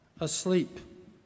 asleep